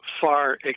far